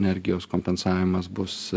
energijos kompensavimas bus